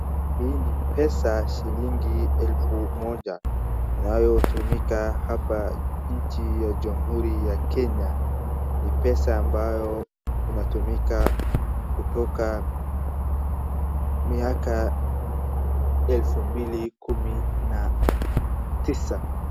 Hii ni pesa shilingi elfu moja inayotumika hapa nchi ya Jamhuri ya Kenya. Ni pesa ambayo inatumika kutoka miaka ya elfu mbili kumi na tisa.